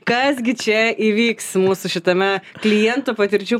kas gi čia įvyks mūsų šitame klientų patirčių